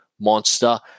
monster